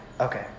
Okay